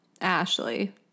Ashley